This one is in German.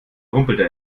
rumpelte